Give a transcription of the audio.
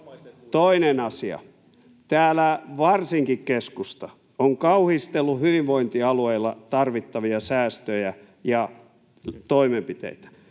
Toinen asia: Täällä varsinkin keskusta on kauhistellut hyvinvointialueilla tarvittavia säästöjä ja toimenpiteitä.